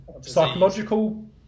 psychological